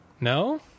No